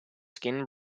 skin